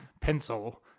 Pencil